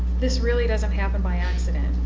this really doesn't happen by accident.